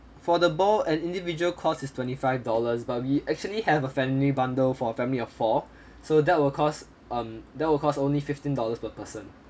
for the ball and individual cost is twenty five dollars but we actually have a family bundle for a family of four so that will cost um that will cost only fifteen dollars per person